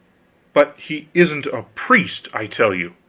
but he isn't a priest, i tell you.